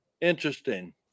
interesting